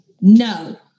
no